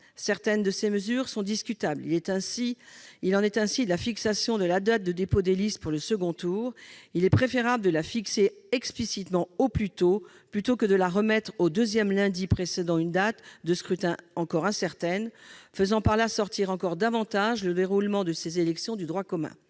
certaines de ces mesures sont discutables. Il en est ainsi de la fixation de la date de dépôt des listes pour le second tour. Il serait préférable de la fixer explicitement au plus tôt, au lieu de la remettre au deuxième lundi précédant une date de scrutin encore incertaine, en faisant ainsi sortir davantage encore le déroulement de ces élections du droit commun.